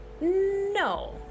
no